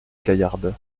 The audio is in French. gaillarde